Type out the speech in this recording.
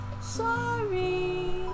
sorry